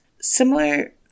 similar